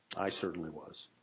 i certainly was.